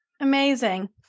Amazing